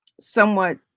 somewhat